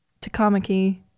Takamaki